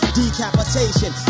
decapitation